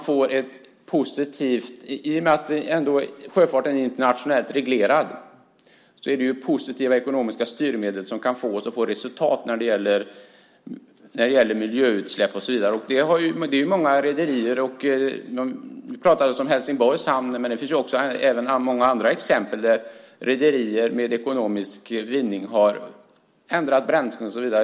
I och med att sjöfarten är internationellt reglerad är det positiva ekonomiska styrmedel som kan ge resultat när det gäller miljöutsläpp och så vidare. Det talades om Helsingborgs hamn, men det finns även många andra exempel där rederier med ekonomisk vinning har bytt bränsle och så vidare.